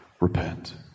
Repent